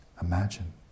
imagine